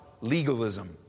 legalism